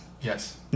Yes